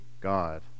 God